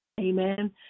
Amen